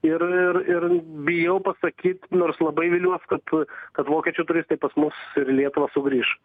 ir ir ir bijau pasakyt nors labai viliuos kad kad vokiečių turistai pas mus ir į lietuvą sugrįš